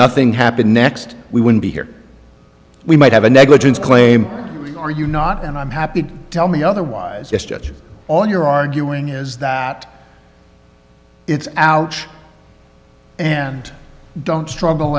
nothing happened next we wouldn't be here we might have a negligence claim are you not and i'm happy to tell me otherwise yes judge all you're arguing is that it's ouch and don't struggle